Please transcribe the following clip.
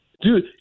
Dude